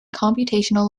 computational